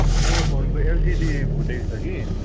मेरो फोनको एलसिडी फुटेको छ कि